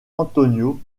antonio